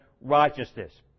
righteousness